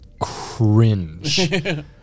cringe